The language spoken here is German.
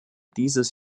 dieses